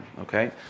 Okay